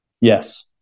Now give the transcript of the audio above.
Yes